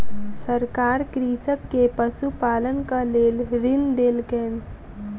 सरकार कृषक के पशुपालनक लेल ऋण देलकैन